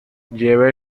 lleva